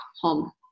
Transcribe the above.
home